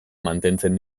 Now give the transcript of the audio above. mantentzen